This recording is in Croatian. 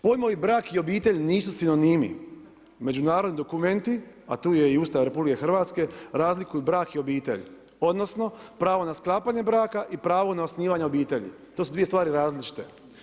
Pojmovi brak i obitelj nisu sinonimi, međunarodni dokumenti, a tu je i Ustav RH razlikuju brak i obitelj odnosno pravo na sklapanje braka i pravo na osnivanje obitelji. to su dvije stvari različite.